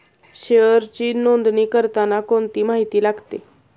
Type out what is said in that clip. शेअरची नोंदणी करताना कोणती माहिती लागते?